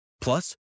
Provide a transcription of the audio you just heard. Plus